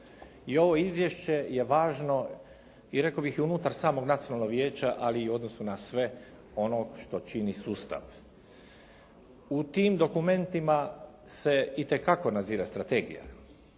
i ovo izvješće je važno i rekao bih i unutar samog Nacionalnog vijeća ali i u odnosu na sve ono što čini sustav. U tim dokumentima se itekako nazire strategija.